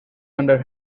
under